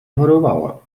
chorowała